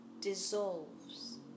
dissolves